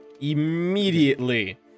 immediately